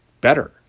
better